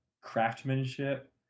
craftsmanship